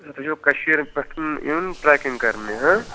تُہۍ چھُو کٔشیٖرِ پٮ۪ٹھ یُن ٹریکِنٛگ کَرنہِ